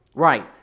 Right